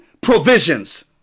provisions